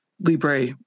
Libre